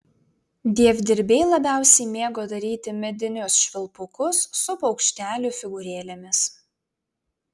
dievdirbiai labiausiai mėgo daryti medinius švilpukus su paukštelių figūrėlėmis